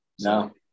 No